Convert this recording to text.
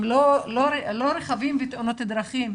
גם לא רכבים ותאונות דרכים,